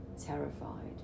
terrified